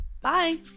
Bye